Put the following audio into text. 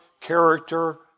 character